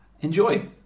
Enjoy